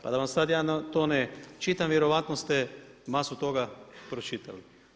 Pa da vam ja sada to ne čitam vjerojatno ste masu toga pročitali.